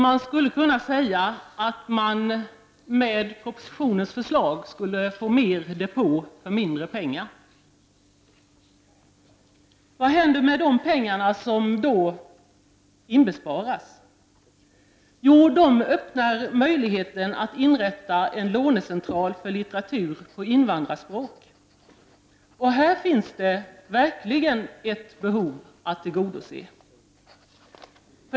Man skulle kunna säga att vi med propositionens förslag skulle få mer depå för mindre pengar! Vad händer med de pengar som då inbesparas? Jo, de öppnar möjligheten att inrätta en lånecentral för litteratur på invandrarspråk, och här finns verkligen ett behov att tillgodose.